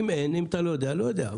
אם אתה לא יודע לא יודע.